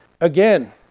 Again